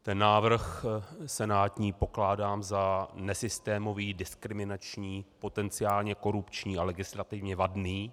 Ten návrh senátní pokládám za nesystémový, diskriminační, potenciálně korupční a legislativně vadný.